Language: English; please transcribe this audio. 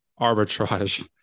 arbitrage